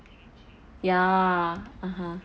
ya (uh huh)